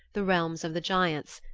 the realm of the giants,